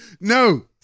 no